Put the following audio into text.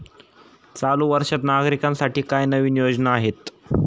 चालू वर्षात नागरिकांसाठी काय नवीन योजना आहेत?